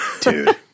Dude